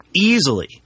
easily